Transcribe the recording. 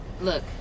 Look